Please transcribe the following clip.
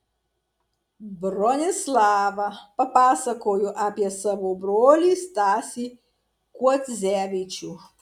bronislava papasakojo apie savo brolį stasį kuodzevičių